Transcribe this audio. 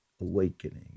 awakening